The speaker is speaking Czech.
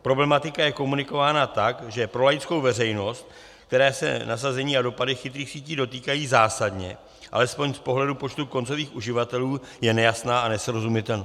Problematika je komunikována tak, že pro laickou veřejnost, které se nasazení a dopady chytrých sítí dotýkají zásadně, alespoň z pohledu počtu koncových uživatelů, je nejasná a nesrozumitelná.